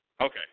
Okay